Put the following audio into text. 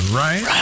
right